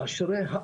אשריך.